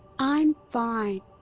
i'm fine.